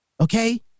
Okay